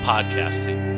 Podcasting